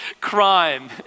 crime